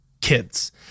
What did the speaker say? kids